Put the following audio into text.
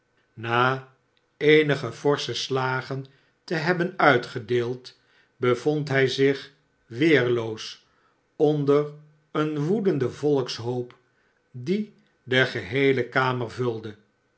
na eenige forsche slagen te hebben uitgedeeld bevond hij zich weerloos onder een woedenden volkshoop die de geheele kamer vervulde